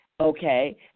okay